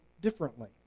differently